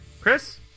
Chris